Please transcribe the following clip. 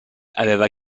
aveva